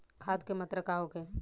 खाध के मात्रा का होखे?